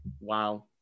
wow